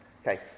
Okay